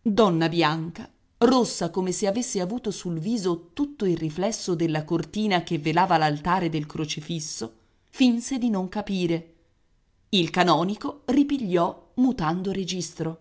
donna bianca rossa come se avesse avuto sul viso tutto il riflesso della cortina che velava l'altare del crocifisso finse di non capire il canonico ripigliò mutando registro